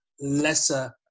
lesser